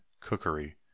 Cookery